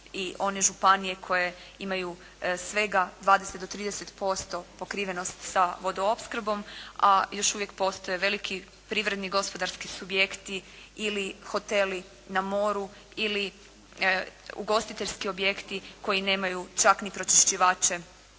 i one županije koje imaju svega 20 do 30% pokrivenost sa vodoopskrbom, a još uvijek postoje veliki privredni gospodarski subjekti ili hoteli na moru ili ugostiteljski objekti koji nemaju čak ni pročišćivače